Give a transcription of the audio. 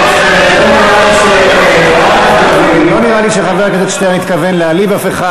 לא נראה לי שחבר הכנסת שטרן התכוון להעליב אף אחד.